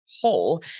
whole